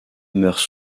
meurent